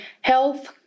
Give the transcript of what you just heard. health